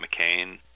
McCain